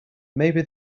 maybe